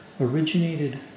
originated